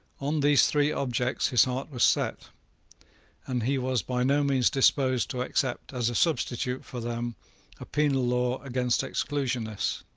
on these three objects his heart was set and he was by no means disposed to accept as a substitute for them a penal law against exclusionists.